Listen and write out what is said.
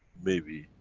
maybe,